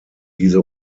diese